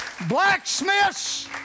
Blacksmiths